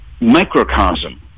microcosm